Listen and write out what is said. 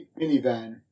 minivan